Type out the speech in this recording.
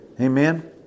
Amen